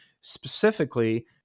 specifically